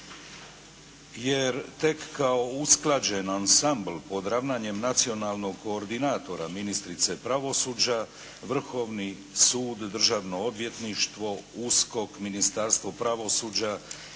jer tek kao usklađen ansambl pod ravnanjem nacionalnog koordinatora ministrice pravosuđa, Vrhovni sud, državno odvjetništvo, USKOK, Ministarstvo pravosuđa,